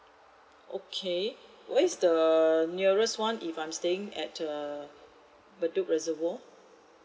okay where is the nearest one if I'm staying at err bedok reservoir